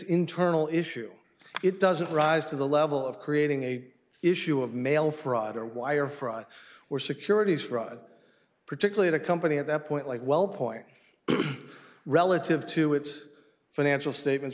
internal issue it doesn't rise to the level of creating a issue of mail fraud or wire fraud or securities fraud particularly in a company at that point like well point relative to its financial statements